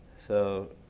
so